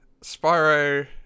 spyro